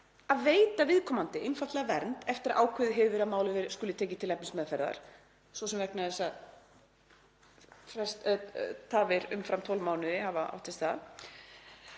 að veita viðkomandi einfaldlega vernd eftir að ákveðið hefur verið að málið skuli tekið til efnismeðferðar, svo sem vegna þess að tafir umfram 12 mánuði hafi átt sér stað